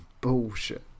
bullshit